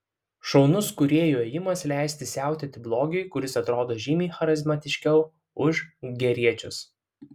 šaunus kūrėjų ėjimas leisti siautėti blogiui kuris atrodo žymiai charizmatiškiau už geriečius